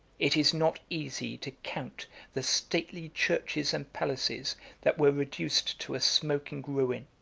it is not easy to count the stately churches and palaces that were reduced to a smoking ruin,